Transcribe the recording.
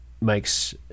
makes